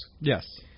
Yes